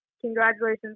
congratulations